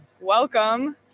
Welcome